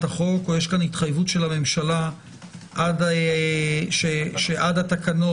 החוק או יש פה התחייבות של הממשלה עד התקנות,